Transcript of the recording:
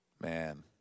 Man